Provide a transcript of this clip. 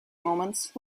moments